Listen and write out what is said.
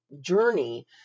journey